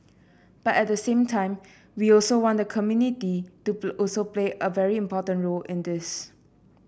but at the same time we also want the community to also play a very important role in this